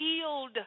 healed